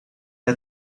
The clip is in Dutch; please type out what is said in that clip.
hij